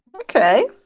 Okay